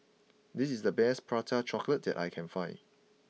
this is the best Prata Chocolate that I can find